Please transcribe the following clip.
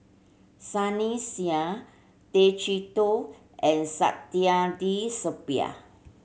Sunny Sia Tay Chee Toh and Saktiandi Supaat